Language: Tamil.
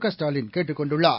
கஸ்டாலின் கேட்டுக் கொண்டுள்ளார்